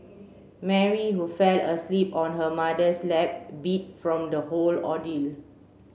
Mary who fell asleep on her mother's lap beat from the whole ordeal